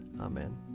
Amen